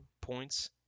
points